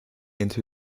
into